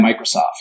Microsoft